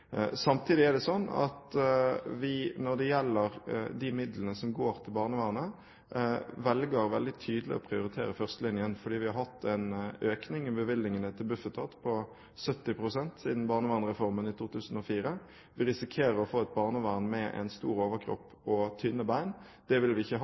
Samtidig er det slik at vi, når det gjelder de midlene som går til barnevernet, velger veldig tydelig å prioritere førstelinjen, fordi vi har hatt en økning i bevilgningene til Bufetat på 70 pst. siden Barnevernsreformen i 2004. Vi risikerer å få et barnevern med en stor overkropp og tynne bein. Det vil vi ikke ha,